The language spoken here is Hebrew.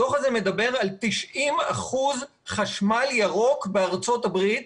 הדוח הזה מדבר על 90 אחוזים חשמל ירוק בארצות הברית.